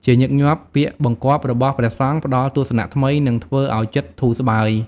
ជាញឹកញាប់ ពាក្យបង្គាប់របស់ព្រះសង្ឃផ្តល់ទស្សនៈថ្មី និងធ្វើឱ្យចិត្តធូរស្បើយ។